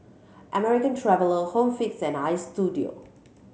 American Traveller Home Fix and Istudio